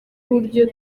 uburyo